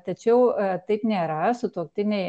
tačiau taip nėra sutuoktiniai